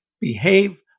behave